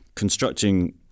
Constructing